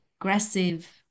aggressive